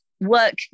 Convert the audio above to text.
work